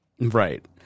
Right